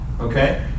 Okay